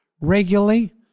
regularly